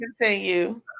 Continue